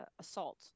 assault